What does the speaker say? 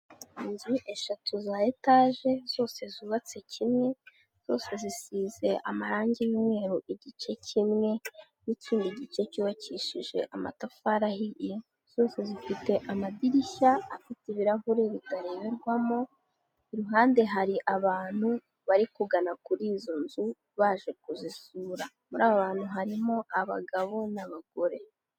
Inzu eshatu za etaje, zose zubatse kimwe, zose zisize amarangi y'umweru igice kimwe, n'ikindi gice cyubakishije amatafari ahiye, zose zifite amadirishya afite ibirahuri bitareberwamo; iruhande hari abantu bari kugana kuri izo nzu, baje kuzisura. Muri abo bantu harimo abagabo n'abagore.